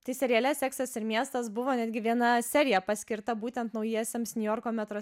tai seriale seksas ir miestas buvo netgi viena serija paskirta būtent naujiesiems niujorko metro